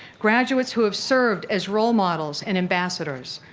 graduates who have served as role models and ambassadors.